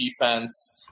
defense